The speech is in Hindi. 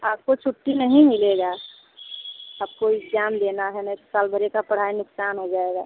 आपको छुट्टी नहीं मिलेगी आपको इग्ज़ाम देना है नहीं तो साल भर की पढ़ाई नुक़सान हो जाएगी